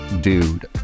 dude